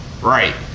Right